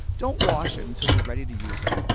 don't wash it until you're ready to use it.